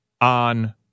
on